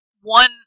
One